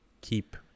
keep